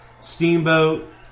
Steamboat